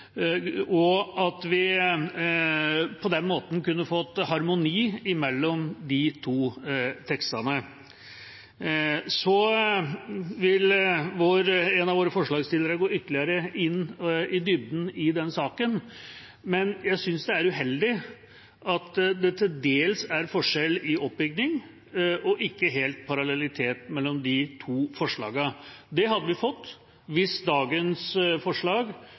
og at vi på den måten kunne fått harmoni mellom de to tekstene. En av våre forslagsstillere vil gå ytterligere i dybden i den saken, men jeg synes det er uheldig at det til dels er forskjell i oppbygning og ikke helt parallellitet mellom de to forslagene. Det hadde vi fått hvis dagens forslag